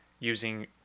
Using